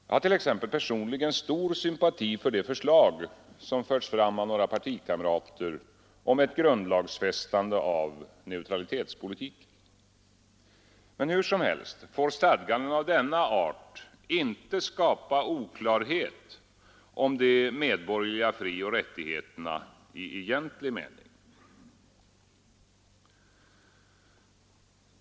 Jag har t.ex. personligen stor sympati för det förslag som förts fram av några partikamrater om ett grundlagsfästande av neutralitetspolitiken. Men hur som helst får stadganden av denna art inte skapa oklarhet om de medborgerliga frioch rättigheterna i egentlig mening.